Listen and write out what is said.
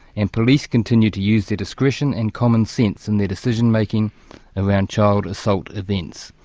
and police continue to use their discretion and commonsense in their decision-making around child assault events.